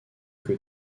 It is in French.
que